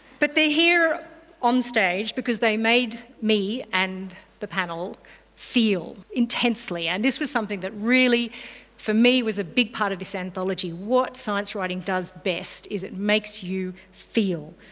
but they are here on stage because they made me and the panel feel intensely, and this was something that really for me was a big part of this anthology what science writing does best is it makes you feel.